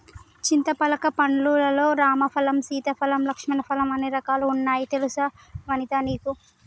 చింతపలక పండ్లు లల్లో రామ ఫలం, సీతా ఫలం, లక్ష్మణ ఫలం అనే రకాలు వున్నాయి తెలుసా వనితా నీకు